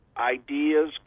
ideas